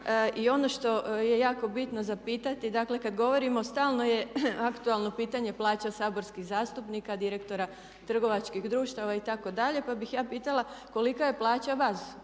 I ono što je jako bitno za pitati. Dakle kada govorimo stalno je aktualno pitanje plaća saborskih zastupnika, direktora trgovačkih društava itd.. Pa bih ja pitala kolika je plaća vas